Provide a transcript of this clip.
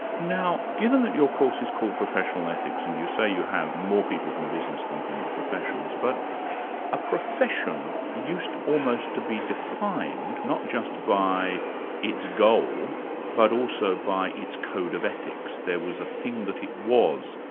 now given that your course is called professional ethics, and you say you have more people from business than from the professions, but a profession used almost to be defined, not just by its goal but also by its code of ethics. there was a thing that it was,